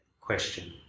question